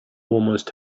almost